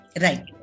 Right